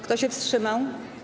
Kto się wstrzymał?